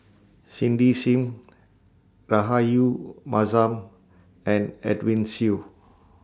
Cindy SIM Rahayu Mahzam and Edwin Siew